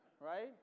right